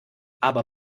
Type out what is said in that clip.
aber